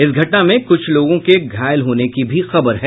इस घटना में कुछ लोगों के घायल होने की भी खबर है